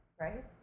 right